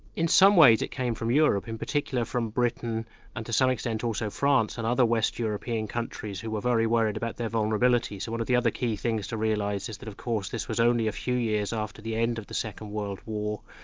in some ways it came from europe, in particular from britain and to some extent also france, and other west european countries who were very worried about their vulnerability. so one of the other key things to realise is that of course this was only a few years after the end of the second world war.